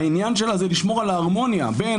העניין שלה זה לשמור על ההרמוניה בין